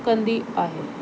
कंदी आहे